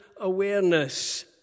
awareness